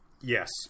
Yes